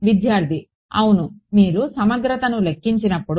విద్యార్థి అవును మీరు సమగ్రతను లెక్కించినప్పుడు